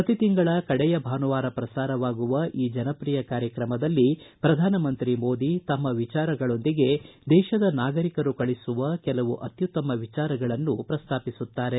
ಪ್ರತಿ ತಿಂಗಳ ಕಡೆಯ ಭಾನುವಾರ ಪ್ರಸಾರವಾಗುವ ಈ ಜನಪ್ರಿಯ ಕಾರ್ಯಕ್ರಮದಲ್ಲಿ ಪ್ರಧಾನಮಂತ್ರಿ ಮೋದಿ ತಮ್ಮ ವಿಚಾರಗಳೊಂದಿಗೆ ದೇಶದ ನಾಗರಿಕರು ಕಳಿಸುವ ಕೆಲವು ಅತ್ತುತ್ತಮ ವಿಚಾರಗಳನ್ನು ಪ್ರಸ್ತಾಪಿಸುತ್ತಾರೆ